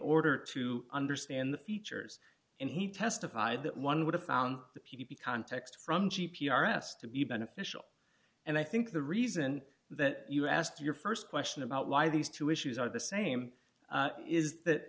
order to understand the features and he testified that one would have found the p d p context from g p r s to be beneficial and i think the reason that you ask your st question about why these two issues are the same is that